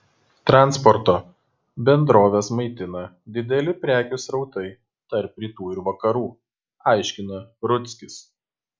transporto bendroves maitina dideli prekių srautai tarp rytų ir vakarų aiškina rudzkis